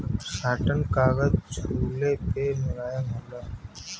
satin कागज छुले पे मुलायम होला